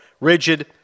Rigid